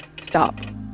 Stop